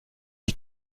die